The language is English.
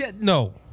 No